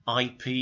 ip